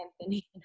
Anthony